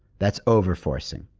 that's over-forcing.